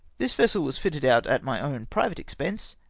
this vessel was fitted out at my own private expense,